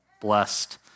blessed